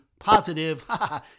Positive